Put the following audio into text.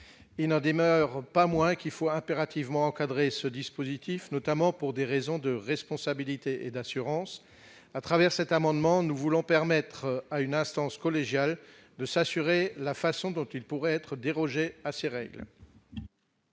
meurent pas moins qu'il faut impérativement encadrer ce dispositif notamment pour des raisons de responsabilité et d'assurance à travers cet amendement, nous voulons permettre à une instance collégiale de s'assurer la façon dont il pourrait être dérogé à ces règles.